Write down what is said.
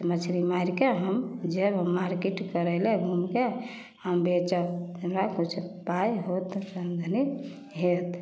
से मछरी मारिके हम जाएब हम मार्केट करैलए घुमिके हम बेचब हमरा किछु पाइ हैत आमदनी हैत